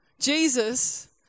Jesus